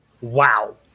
wow